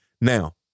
now